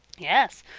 yes.